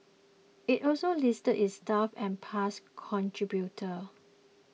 it also listed its staff and past contributors